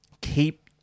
keep